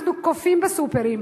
אנחנו קופאים בסופרים,